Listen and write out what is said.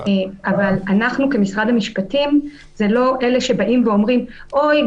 אבל אנחנו כמשרד המשפטים זה לא אלה שבאים ואומרים: אוי,